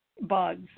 bugs